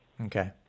Okay